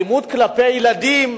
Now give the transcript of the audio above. אלימות כלפי ילדים,